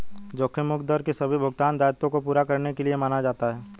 जोखिम मुक्त दर को सभी भुगतान दायित्वों को पूरा करने के लिए माना जाता है